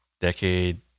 decade